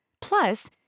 Plus